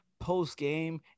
post-game